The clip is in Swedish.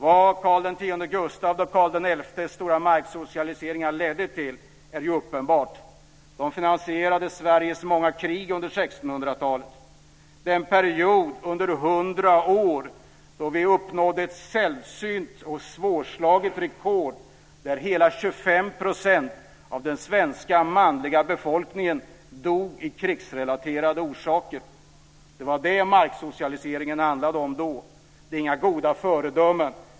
Vad Karl X Gustavs och Karl XI:s stora marksocialiseringar ledde till är uppenbart - de finansierade Sveriges många krig under 1600-talet. Det var den period under hundra år då vi uppnådde ett sällsynt och svårslaget rekord när hela 25 % av den svenska manliga befolkningen dog av krigsrelaterade orsaker. Det var detta marksocialiseringen handlade om då. Det är inga goda föredömen.